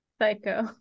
Psycho